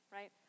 Right